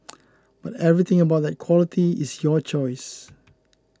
but everything about that quality is your choice